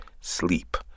sleep